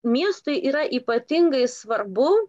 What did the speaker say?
miestui yra ypatingai svarbu